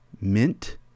mint